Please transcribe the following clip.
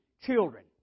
children